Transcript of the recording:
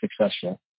successful